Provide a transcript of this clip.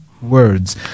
words